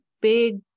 big